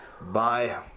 Bye